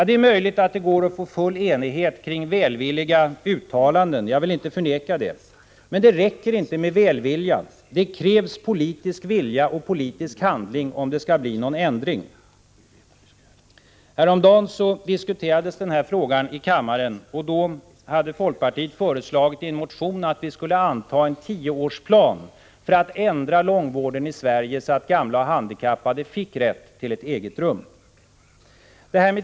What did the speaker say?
Det är möjligt att det går att få full enighet kring välvilliga uttalanden — jag vill inte förneka det. Men det räcker inte med välvilja, det krävs politisk vilja och politisk handling, om det skall bli någon ändring. Häromdagen diskuterades den här frågan i kammaren. Då hade folkpartiet föreslagit i en motion att riksdagen skulle anta en tioårsplan för att ändra långvården i Sverige, så att gamla och handikappade fick rätt till ett eget rum.